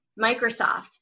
Microsoft